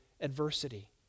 adversity